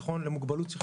נכון למוגבלות שכלית.